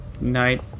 night